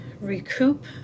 recoup